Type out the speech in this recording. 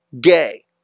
gay